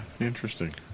interesting